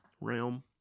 realm